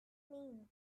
mean